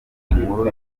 inkuru